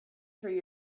through